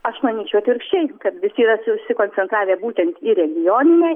aš manyčiau atvirkščiai kad visi yra susikoncentravę būtent į regioninę